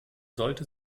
sollte